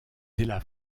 della